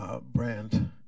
brand